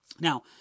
Now